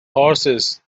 horses